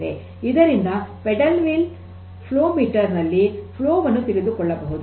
ಇದರಿಂದ paddle wheel flow meter ನಲ್ಲಿಯ flow ವನ್ನು ತಿಳಿದುಕೊಳ್ಳಬಹುದು